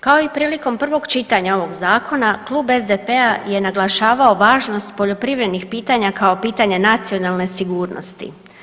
Kao i prilikom prvog čitanja ovog zakona Klub SDP-a je naglašavao važnost poljoprivrednih pitanja kao pitanje nacionalne sigurnosti.